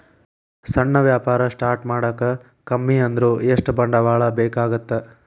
ಸಣ್ಣ ವ್ಯಾಪಾರ ಸ್ಟಾರ್ಟ್ ಮಾಡಾಕ ಕಮ್ಮಿ ಅಂದ್ರು ಎಷ್ಟ ಬಂಡವಾಳ ಬೇಕಾಗತ್ತಾ